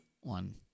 One